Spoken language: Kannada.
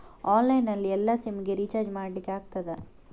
ಆನ್ಲೈನ್ ನಲ್ಲಿ ಎಲ್ಲಾ ಸಿಮ್ ಗೆ ರಿಚಾರ್ಜ್ ಮಾಡಲಿಕ್ಕೆ ಆಗ್ತದಾ?